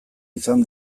izan